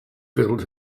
filled